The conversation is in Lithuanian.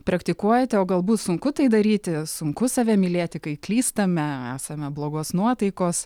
praktikuojate o galbūt sunku tai daryti sunku save mylėti kai klystame esame blogos nuotaikos